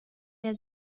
der